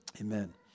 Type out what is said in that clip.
Amen